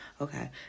Okay